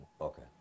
Okay